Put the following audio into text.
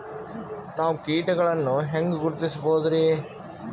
ನಾವು ಕೀಟಗಳನ್ನು ಹೆಂಗ ಗುರುತಿಸಬೋದರಿ?